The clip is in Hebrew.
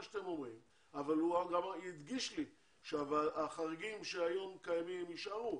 הוא גם הדגיש לי שהחריגים שהיום קיימים ישארו.